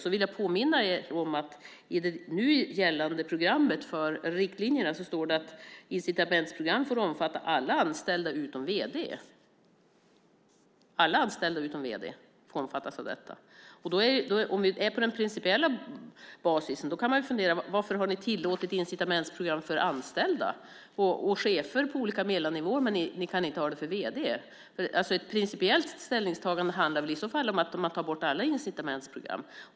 Jag vill påminna er om att i de nu gällande riktlinjerna står det att incitamentsprogram får omfatta alla anställda utom vd. Alla anställda utom vd får omfattas av detta. Om vi är på principiell basis kan man fundera varför ni har tillåtit incitamentsprogram för anställda och chefer på olika mellannivåer men ni inte kan ha det för vd. Ett principiellt ställningstagande handlar väl i så fall om att man tar bort alla incitamentsprogram.